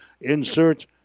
insert